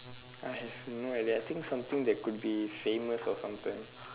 I have no idea I think something that could be famous or something